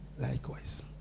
likewise